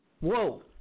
whoa